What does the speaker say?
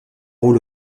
rôles